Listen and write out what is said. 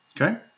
okay